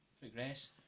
progress